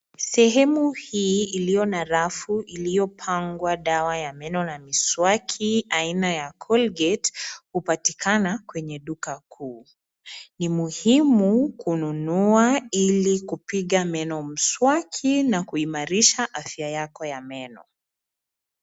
Sehemu hii ilio rafu ilopangwa dawa ya meno na miswaki aina ya Colgate hupatikana kwenye duka kuu ni muhimu kunuanua ili kupika meno miswaki na kuimarisha afya yakoya meno.